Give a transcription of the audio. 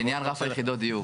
לעניין רף יחידות הדיור